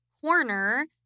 corner